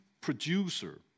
producer